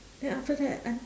then after that I